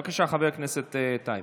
בבקשה, חבר הכנסת, טייב.